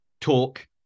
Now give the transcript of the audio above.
talk